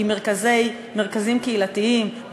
עם מרכזים קהילתיים,